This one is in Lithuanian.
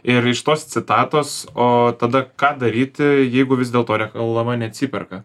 ir iš tos citatos o tada ką daryti jeigu vis dėlto reklama neatsiperka